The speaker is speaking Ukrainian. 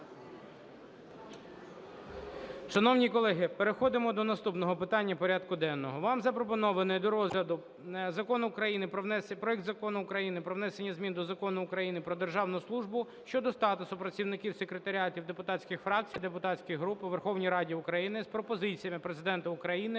Шановні колеги, переходимо до наступного питання порядку денного. Вам запропонований до розгляду проект Закону України про внесення змін до Закону України "Про державну службу" щодо статусу працівників секретаріатів депутатських фракцій (депутатських груп) у Верховній Раді України з пропозиціями Президента України